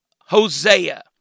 Hosea